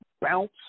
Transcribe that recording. bounce